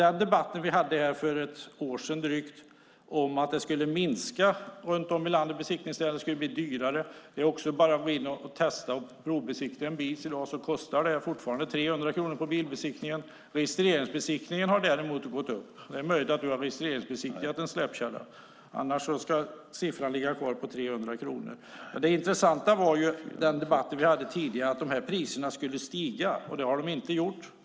Den debatt vi hade här för drygt ett år sedan handlade om att antalet besiktningsställen runt om i landet skulle minska och att det skulle bli dyrare. Det är bara att gå in och provbesiktiga en bil i dag för att se att det fortfarande kostar 300 kronor på bilbesiktningen. Registreringsbesiktningen har däremot blivit dyrare. Det är möjligt att du har registreringsbesiktigat en släpkärra, Leif Pettersson. Annars ska priset ligga kvar på 300 kronor. Det intressanta var den debatt vi hade tidigare, då man sade att de här priserna skulle stiga. Det har de inte gjort.